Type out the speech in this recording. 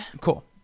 Cool